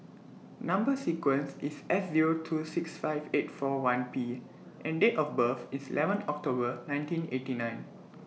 Number sequence IS S Zero two six five eight four one P and Date of birth IS eleven October nineteen eighty nine